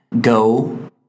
Go